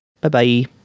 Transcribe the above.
Bye-bye